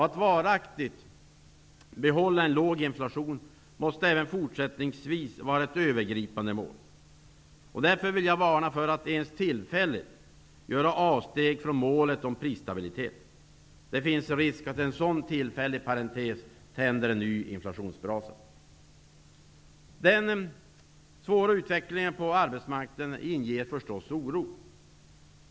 Att varaktigt behålla en låg inflation måste även fortsättningsvis vara ett övergripande mål. Därför vill jag varna för att, ens tillfälligt, göra avsteg från målet om prisstabilitet. Det finns risk att en sådan tillfällig parentes tänder en nya inflationsbrasa. Den svåra utvecklingen på arbetsmarknaden inger förstås oro.